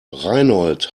reinhold